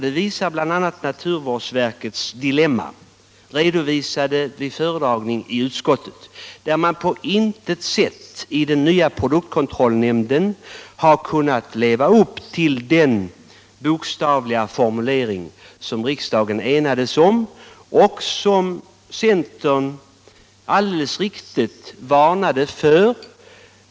Det visar bl.a. naturvårdsverkets dilemma, redovisat vid föredragning i utskottet, där man på intet sätt i den nya produktkontrollnämnden bokstavligen har kunnat leva upp till den formulering som riksdagen enades om och som centern alldeles riktigt varnade för.